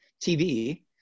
TV